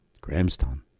Grahamstown